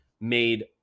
made